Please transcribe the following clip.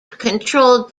controlled